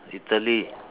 Italy